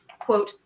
Quote